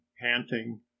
panting